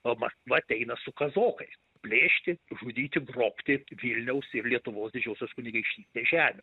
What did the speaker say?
o maskva ateina su kazokais plėšti žudyti grobti vilniaus ir lietuvos didžiosios kunigaikštystės žemių